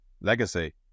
Legacy